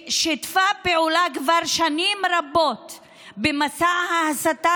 ששיתפה פעולה כבר שנים רבות במסע ההסתה